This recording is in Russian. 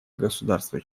государства